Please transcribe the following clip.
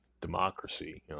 democracy